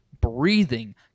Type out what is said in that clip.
breathing